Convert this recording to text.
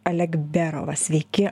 alekberovas sveiki